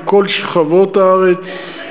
מכל שכבות הארץ,